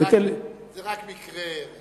זה רק מקרה...